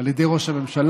על ידי ראש הממשלה,